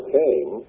came